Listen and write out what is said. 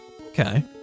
okay